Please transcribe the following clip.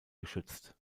geschützt